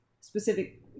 specific